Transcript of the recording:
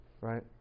right